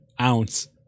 ounce